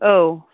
औ